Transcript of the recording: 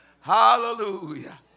Hallelujah